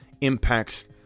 impacts